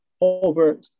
over